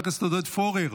חבר הכנסת עודד פורר,